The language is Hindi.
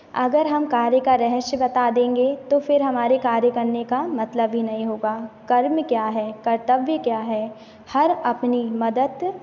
अगर हम कार्य का रहस्य बता देंगे तो फिर हमारे कार्य करने का मतलब ही नहीं होगा कर्म क्या है कर्तव्य क्या है हर अपनी मदद